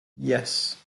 yes